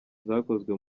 zakozwe